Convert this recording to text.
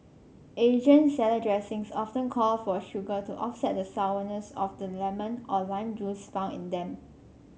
Asian salad dressings often call for sugar to offset the sourness of the lemon or lime juice found in them